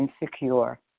insecure